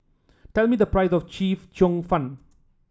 tell me the price of chef cheong fun